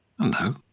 Hello